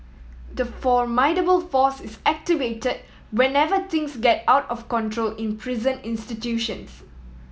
the formidable force is activated whenever things get out of control in prison institutions